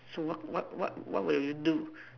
so what what what what would you do